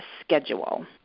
schedule